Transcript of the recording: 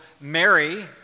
Mary